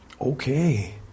Okay